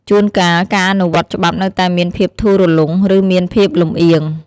ជួនកាល ការអនុវត្តច្បាប់នៅតែមានភាពធូររលុង ឬមានភាពលម្អៀង ។